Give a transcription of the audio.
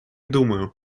думаю